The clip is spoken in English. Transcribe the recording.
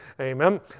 Amen